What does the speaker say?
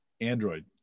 Android